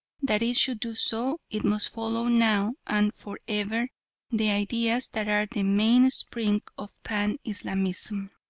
that it should do so it must follow now and for ever the ideas that are the mainspring of pan-islamism.